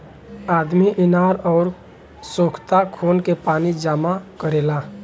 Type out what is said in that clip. आदमी इनार अउर सोख्ता खोन के पानी जमा करेला